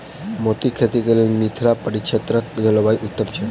मोतीक खेती केँ लेल मिथिला परिक्षेत्रक जलवायु उत्तम छै?